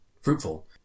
fruitful